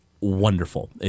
wonderful